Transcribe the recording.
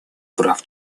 прав